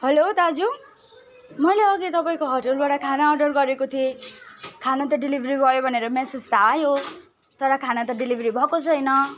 hello दाजु मैले अघि तपाईँको होटेलबाट खाना अर्डर गरेको थिएँ खाना त डेलिभरी भयो भनेर म्यासेज त आयो तर खाना त डेलिभरी भएको छैन